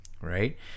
Right